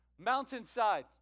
mountainside